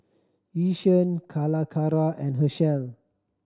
Yishion Calacara and Herschel